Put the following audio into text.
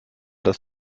das